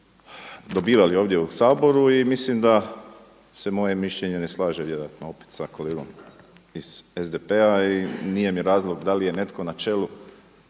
dobivali ovdje u Saboru i mislim da se moje mišljenje ne slaže opet sa kolegom iz SDP-a i nije mi razlog da li je netko na čelu